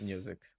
Music